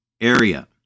area